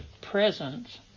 presence